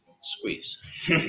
Squeeze